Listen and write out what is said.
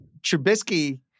Trubisky